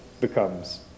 becomes